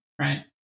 Right